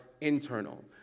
internal